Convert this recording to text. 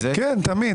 כן, תמיד.